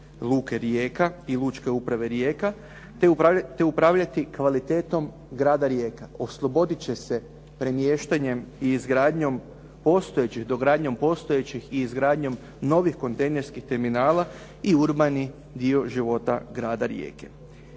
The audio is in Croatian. Luke Rijeka i Lučke uprave Rijeka te upravljati kvalitetom grada Rijeka. Oslobodit će se premještanjem i izgradnjom, dogradnjom postojećih i izgradnjom novih kontejnerskih terminala i urbani dio života grada Rijeke.